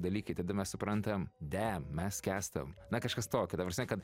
dalykai tada mes suprantam dam mes skęstam na kažkas tokio ta prasme kad